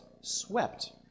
swept